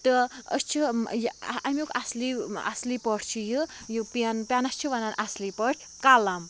تہٕ أسۍ چھِ امیُک اصلی اصلی پٲٹھۍ چھ یہِ پیٚن پیٚنَس چھِ وَنان اصلی پٲٹھۍ قَلَم